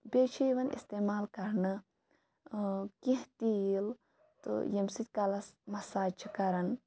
بیٚیہِ چھ یِوان اِستعمال کَرنہٕ کینٛہہ تیٖل تہٕ ییٚمہِ سۭتۍ کَلَس مَساج چھِ کَرَان